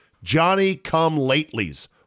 Johnny-come-latelys